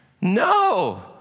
No